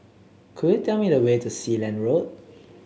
could you tell me the way to Sealand Road